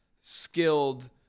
skilled